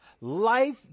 Life